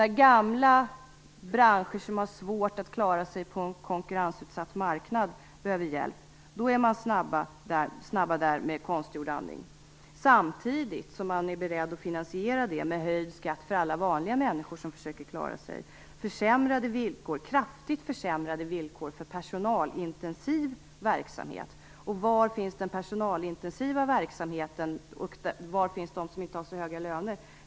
När gamla branscher som har svårt att klara sig på en konkurrensutsatt marknad behöver hjälp är man snabbt där med konstgjord andning samtidigt som man är beredd att finansiera det med höjd skatt för alla vanliga människor och kraftigt försämrade villkor för personalintensiv verksamhet. Var finns den personalintensiva verksamheten, och var finns de som inte har så höga löner?